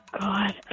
God